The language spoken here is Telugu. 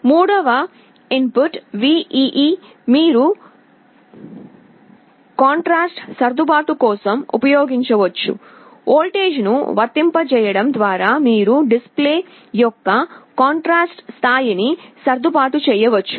మూడవ ఇన్పుట్ VEE మీరు కాంట్రాస్ట్ సర్దుబాటు కోసం ఉపయోగించవచ్చు వోల్టేజ్ను వర్తింపజేయడం ద్వారా మీరు డిస్ప్లే యొక్క కాంట్రాస్ట్ స్థాయిని సర్దుబాటు చేయవచ్చు